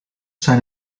zijn